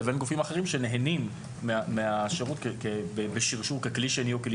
לבין גופים אחרים שנהנים מהשירות בשרשור של כלי שני או כלי